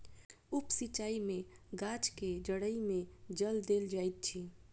उप सिचाई में गाछ के जइड़ में जल देल जाइत अछि